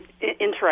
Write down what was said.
interesting